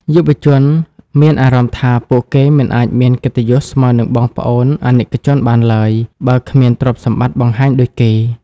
យុវជនមានអារម្មណ៍ថា ពួកគេមិនអាចមានកិត្តិយសស្មើនឹងបងប្អូនអាណិកជនបានឡើយ បើគ្មានទ្រព្យសម្បត្តិបង្ហាញដូចគេ។